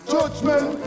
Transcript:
Judgment